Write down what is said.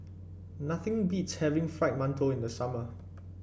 nothing beats having Fried Mantou in the summer